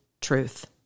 truth